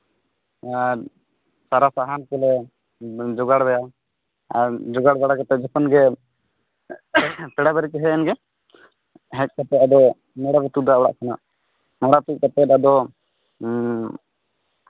ᱥᱟᱨᱟ ᱥᱟᱦᱟᱱ ᱠᱚᱞᱮ ᱡᱚᱜᱟᱲᱟ ᱡᱚᱜᱟᱲ ᱵᱟᱲᱟ ᱠᱟᱛᱮᱫ ᱡᱚᱠᱷᱚᱱ ᱜᱮ ᱯᱮᱲᱟ ᱯᱟᱹᱲᱦᱟᱹ ᱠᱚ ᱦᱮᱡ ᱮᱱ ᱜᱮ ᱦᱮᱡ ᱠᱟᱛᱮᱫ ᱟᱫᱚ ᱢᱚᱲᱟ ᱠᱚ ᱛᱩᱫᱟ ᱚᱲᱟᱜ ᱠᱷᱚᱱᱟᱜ ᱢᱚᱲᱟ ᱛᱩᱫ ᱠᱟᱛᱮᱫ ᱟᱫᱚ